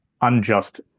unjust